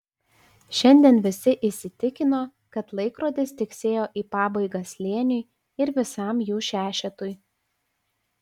šiandien visi įsitikino kad laikrodis tiksėjo į pabaigą slėniui ir visam jų šešetui